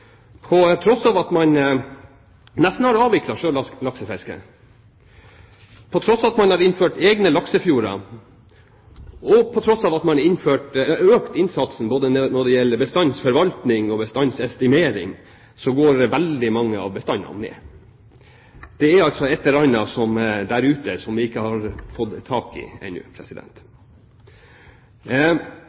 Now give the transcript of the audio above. På tross av at man nesten har avviklet sjølaksefisket, på tross av at man har innført egne laksefjorder og på tross av at man har økt innsatsen når det gjelder både bestandsforvaltning og bestandsestimering, så går bestandene ned. Det er altså ett eller annet der ute som vi ikke har fått tak i